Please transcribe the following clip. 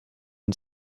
une